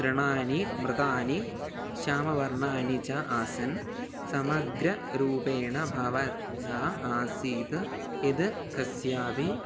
तृणानि मृतानि श्यामवर्णानि च आसन् समग्ररूपेण भवन्तः आसीत् यत् कस्यापि